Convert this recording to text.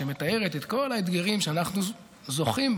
שמתארת את כל האתגרים שאנחנו זוכים להם,